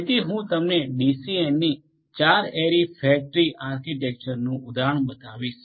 તેથી હું તમને ડીસીએનની 4 એરી ફેટ ટ્રી આર્કિટેક્ચરનું ઉદાહરણ બતાવીશ